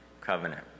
covenant